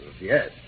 yes